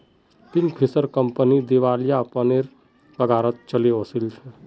Kingfisher company दिवालियापनेर कगारत चली ओल छै